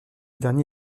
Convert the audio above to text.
dernier